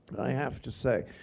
i have to say.